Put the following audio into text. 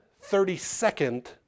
thirty-second